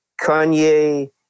Kanye